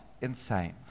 insane